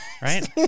Right